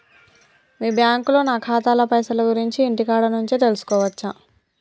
మీ బ్యాంకులో నా ఖాతాల పైసల గురించి ఇంటికాడ నుంచే తెలుసుకోవచ్చా?